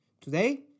Today